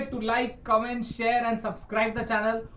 like. comment, share and and subscribe the channel.